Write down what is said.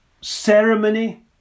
ceremony